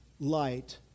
light